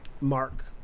mark